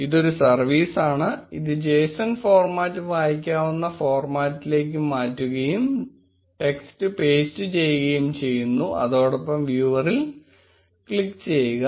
ഇതൊരു സർവീസ് ആണ് ഇത് json ഫോർമാറ്റ് വായിക്കാവുന്ന ഫോർമാറ്റിലേക്ക് മാറ്റുകയും ടെക്സ്റ്റ് പേസ്റ്റ് ചെയ്യുകയും ചെയ്യുന്നു അതോടൊപ്പം വ്യൂവറിൽ ക്ലിക്ക് ചെയ്യുക